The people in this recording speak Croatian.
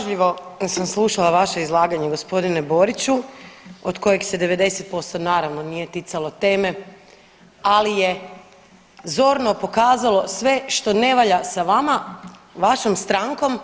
Pažljivo sam slušala vaše izlaganje g. Boriću od kojeg se 90% naravno nije ticalo teme, ali je zorno pokazalo sve što ne valja sa vama, vašom strankom,